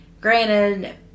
granted